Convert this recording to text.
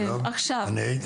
הייתי